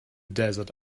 desert